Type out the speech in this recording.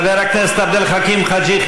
חבר הכנסת עבד אל חכים חאג' יחיא,